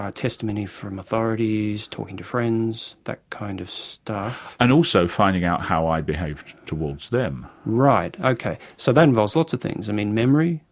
ah testimony from authorities, talking to friends, that kind of stuff. and also finding out how i behave towards them. right. ok. so that involves lots of things. i mean memory,